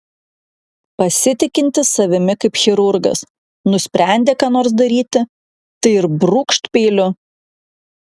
pasitikintis savimi kaip chirurgas nusprendė ką nors daryti tai ir brūkšt peiliu